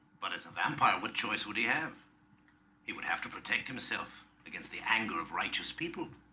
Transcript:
but it's a vampire what choice would he have he would have to protect himself against the angle of righteous people